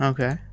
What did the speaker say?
Okay